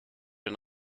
den